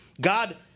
God